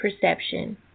perception